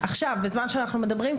עכשיו בזמן שאנחנו מדברים,